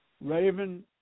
Raven